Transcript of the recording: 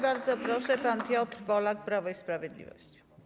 Bardzo proszę, pan Piotr Polak, Prawo i Sprawiedliwość.